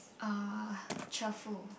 uh cheerful